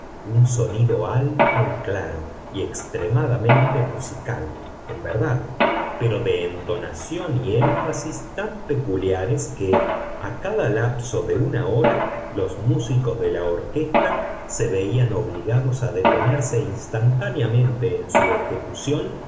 un sonido alto y claro y extremadamente musical en verdad pero de entonación y énfasis tan peculiares que a cada lapso de una hora los músicos de la orquesta se veían obligados a detenerse instantáneamente en su ejecución